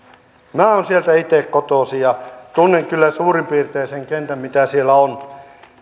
minä olen sieltä itse kotoisin ja tunnen kyllä suurin piirtein sen kentän mitä siellä on